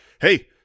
hey